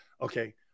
Okay